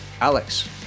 Alex